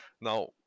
now